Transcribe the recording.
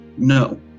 No